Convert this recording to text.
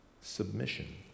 submission